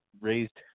raised